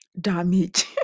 damage